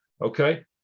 Okay